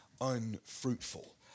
unfruitful